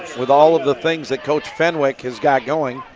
with all of the things that coach fenwick has got going.